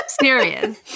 Serious